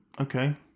okay